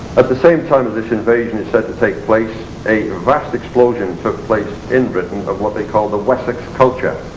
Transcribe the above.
at the same time this invasion is said to take place a vast explosion took place in britain of what they call the wessex culture.